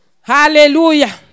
Hallelujah